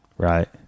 Right